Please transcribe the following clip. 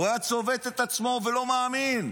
הוא היה צובט את עצמו ולא מאמין.